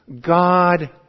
God